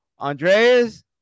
Andreas